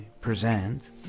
present